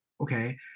okay